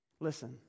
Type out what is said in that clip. Listen